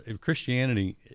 Christianity